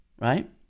Right